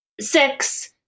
six